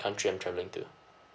country I'm traveling to